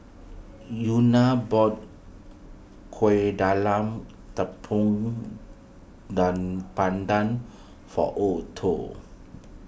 Euna bought Kuih Talam Tepong Pandan for Otho